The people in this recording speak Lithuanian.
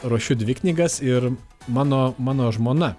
ruošiu dvi knygas ir mano mano žmona